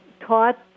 taught